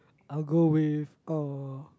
I'll go with uh